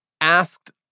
asked